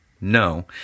no